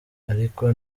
ariko